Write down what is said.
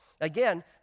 Again